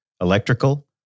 electrical